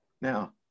Now